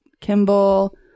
Kimball